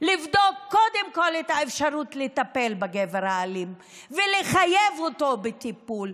לבדוק קודם כול את האפשרות לטפל בגבר האלים ולחייב אותו בטיפול,